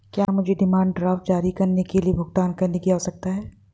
क्या मुझे demand draft जारी करने के लिए भुगतान करने की आवश्यकता है?